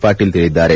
ಪಾಟೀಲ್ ಹೇಳಿದ್ದಾರೆ